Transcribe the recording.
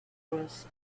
gross